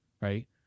Right